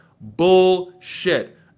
Bullshit